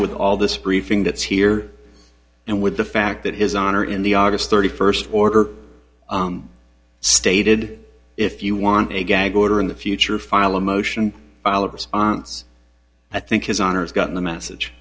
with all this briefing that's here and with the fact that his honor in the august thirty first order stated if you want a gag order in the future file a motion onse i think his honour's gotten the message